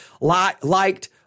liked